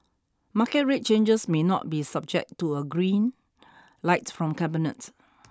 market rate changes may not be subject to a green light from cabinet